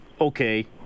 okay